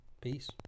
peace